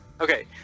Okay